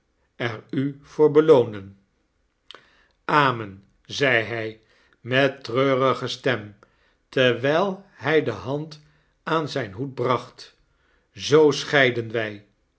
er u voor belooneni amen zeide hij met treurige stem terwfll hy de hand aan zgn hoed bracht zoo scheidden wy